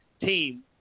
team